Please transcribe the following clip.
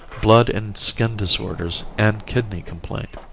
blood and skin disorders and kidney complaint.